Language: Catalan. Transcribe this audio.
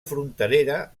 fronterera